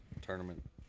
tournament